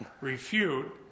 refute